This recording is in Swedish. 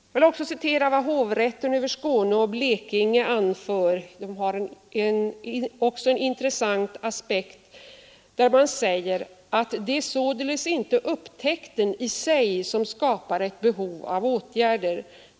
Jag vill också citera vad hovrätten över Skåne och Blekinge — som har en intressant aspekt anför: ”Det är således icke upptäckten i sig som skapar ett behov av åtgärder.